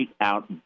out